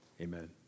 Amen